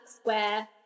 square